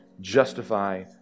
justify